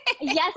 Yes